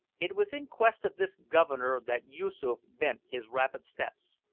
it was in quest of this governor that yoosoof bent his rapid steps.